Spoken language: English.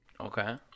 Okay